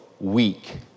weak